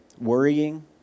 Worrying